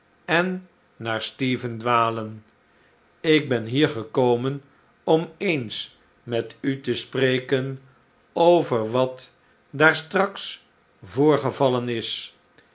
en naar stephen dwalen lk ben hier gekomen om eens met u te spreken over wat daar straks voorgevallen is